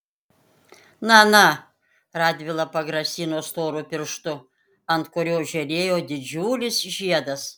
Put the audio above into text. na na radvila pagrasino storu pirštu ant kurio žėrėjo didžiulis žiedas